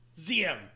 ZM